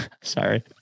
Sorry